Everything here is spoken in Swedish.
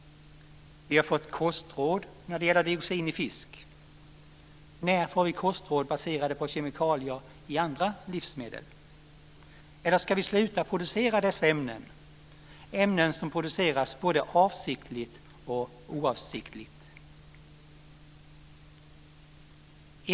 Vi har fått kostråd när det gäller dioxin i fisk. När får vi kostråd baserade på kemikalier i andra livsmedel? Eller ska vi sluta producera dessa ämnen som produceras både avsiktligt och oavsiktligt?